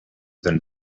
than